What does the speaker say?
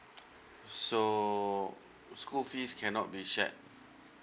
so school fees cannot be shared